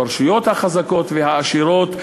ברשויות החזקות והעשירות,